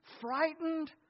frightened